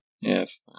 yes